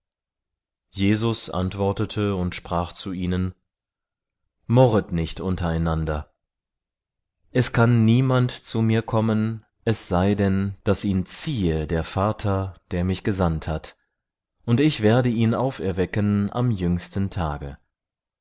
jesus antwortete und sprach zu ihnen murret nicht untereinander es kann niemand zu mir kommen es sei denn daß ihn ziehe der vater der mich gesandt hat und ich werde ihn auferwecken am jüngsten tage